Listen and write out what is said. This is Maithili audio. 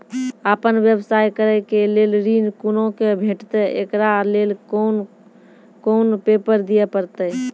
आपन व्यवसाय करै के लेल ऋण कुना के भेंटते एकरा लेल कौन कौन पेपर दिए परतै?